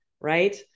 right